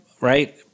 right